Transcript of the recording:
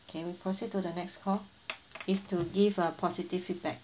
okay we proceed to the next call is to give a positive feedback